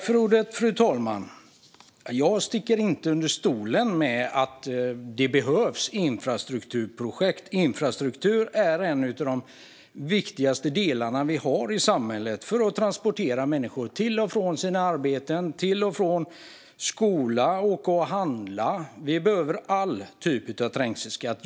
Fru talman! Jag sticker inte under stol med att det behövs infrastrukturprojekt. Infrastruktur är en av de viktigaste delarna vi har i samhället för att transportera människor till och från arbete och skola och när de till exempel ska åka och handla. Vi behöver alla typer av infrastruktur.